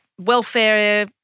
welfare